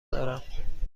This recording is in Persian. دارم